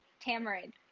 tamarind